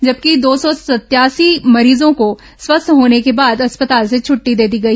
जबकि दो सौ सतयासी मरीजों को स्वस्थ होने के बाद अस्पताल से छटटी दे दी गई